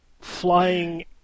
flying